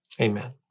amen